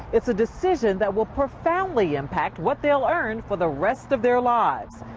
it's a decision that will profoundly impact what they will earn for the rest of their lives.